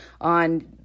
on